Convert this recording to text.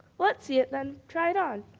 let's see it then, try it on.